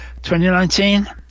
2019